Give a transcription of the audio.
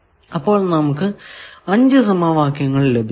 അപ്പോൾ നമുക്കു 5 സമവാക്യങ്ങൾ ലഭിച്ചു